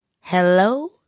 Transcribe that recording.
Hello